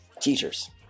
Teachers